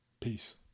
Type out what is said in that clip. Peace